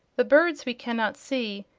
the birds we cannot see,